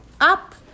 up